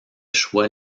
choix